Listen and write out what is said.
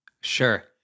Sure